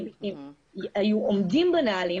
אם הם היו עומדים בנהלים